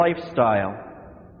lifestyle